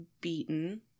beaten